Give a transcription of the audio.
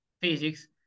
physics